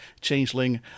Changeling